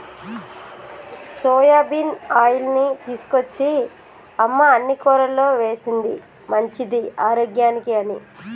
soybean ఆయిల్ని తీసుకొచ్చి అమ్మ అన్ని కూరల్లో వేశింది మంచిది ఆరోగ్యానికి అని